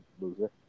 loser